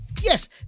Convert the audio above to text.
Yes